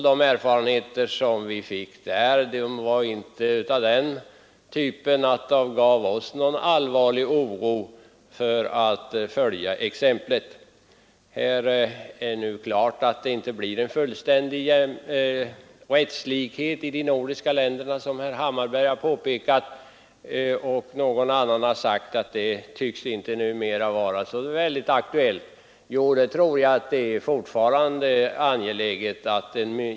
De erfarenheter vi fick där var inte av den typen att de ingav oss någon allvarlig oro för att följa exemplet. Det står nu klart att det inte blir någon fullständig rättslikhet i de nordiska länderna, vilket herr Hammarberg påpekade. Någon annan har sagt att rättslikhet de nordiska länderna emellan inte tycks vara särskilt aktuell.